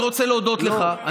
אני רוצה להודות לך.